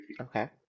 Okay